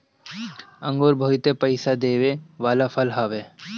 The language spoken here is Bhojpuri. अंगूर बहुते पईसा देवे वाला फसल हवे